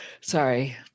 Sorry